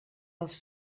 als